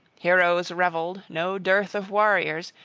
heroes revelled, no dearth of warriors,